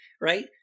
right